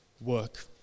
work